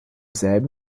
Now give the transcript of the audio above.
selben